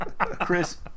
Chris